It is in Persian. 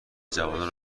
جوانان